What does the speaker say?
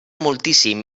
moltíssim